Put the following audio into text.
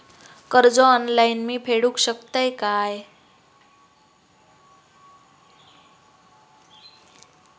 कर्ज ऑनलाइन मी फेडूक शकतय काय?